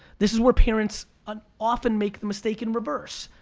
this is where parents um often make the mistake in reverse.